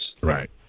Right